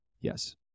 Yes